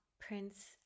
Prince